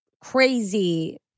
crazy